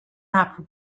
not